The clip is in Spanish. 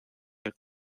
del